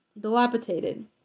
dilapidated